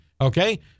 okay